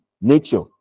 nature